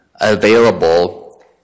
available